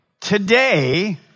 Today